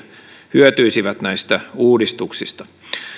hyötyisivät näistä uudistuksista